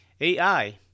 AI